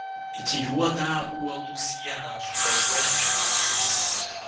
it juodą uolų sieną su baltuojančia viršūne